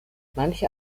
manche